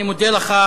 אני מודה לך.